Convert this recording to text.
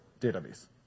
database